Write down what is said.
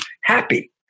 happy